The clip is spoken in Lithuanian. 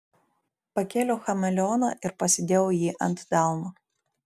pakėliau chameleoną ir pasidėjau jį ant delno